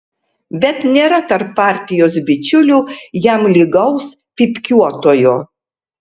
bet nėra tarp partijos bičiulių jam lygaus pypkiuotojo